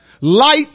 Light